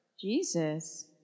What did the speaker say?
Jesus